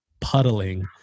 puddling